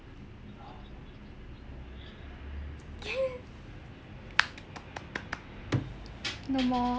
no more